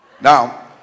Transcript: now